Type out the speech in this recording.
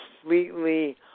completely